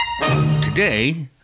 Today